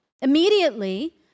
Immediately